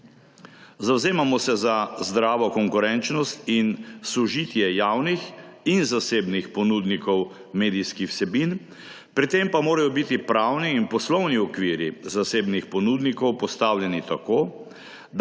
Zavzemamo se za zdravo konkurenčnost in sožitje javnih in zasebnih ponudnikov medijskih vsebin, pri tem pa morajo biti pravni in poslovni okviri zasebnih ponudnikov postavljeni tako, da